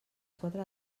quatre